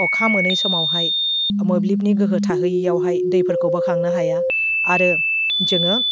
अखा मोनै समावहाय मोब्लिबनि गोहो थाहैयैयावहाय दैफोरखौ बोखांनो हाया आरो जोङो